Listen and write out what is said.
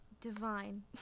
divine